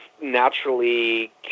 naturally